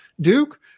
Duke